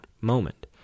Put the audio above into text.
moment